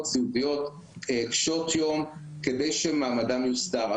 סיעודיות קשות יום כדי שמעמדם יוסדר,